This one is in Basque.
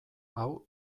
hau